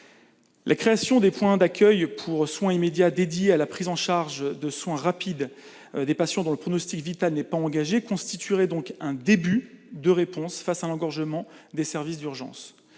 la création des points d'accueil pour soins immédiats dédiés à la prise en charge de soins rapides des patients dont le pronostic vital n'est pas engagé constituerait un début de réponse face à l'engorgement des services d'urgence.